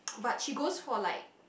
but she goes for like